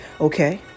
okay